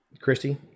Christy